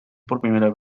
por